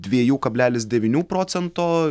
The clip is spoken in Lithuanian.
dviejų kablelis devynių procento